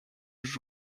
was